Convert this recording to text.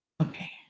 Okay